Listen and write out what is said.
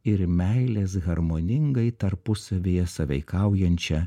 ir meilės harmoningai tarpusavyje sąveikaujančią